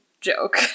joke